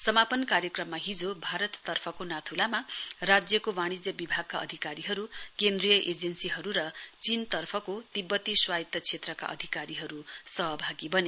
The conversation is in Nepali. समापन कार्यक्रम हिजो भारत तर्फको नाथुलामा राज्यको वाणिजय विभागका अधिकारीहरु केन्द्रीय एजेन्सीहरु र चीन तर्फको तिब्बती स्वायत क्षेत्रका अधिकारीहरु सहभागी वने